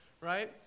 right